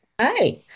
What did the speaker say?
Hi